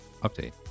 update